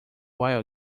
while